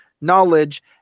knowledge